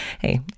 hey